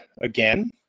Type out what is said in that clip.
again